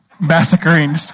massacring